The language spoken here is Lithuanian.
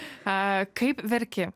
a kaip verki